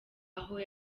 aho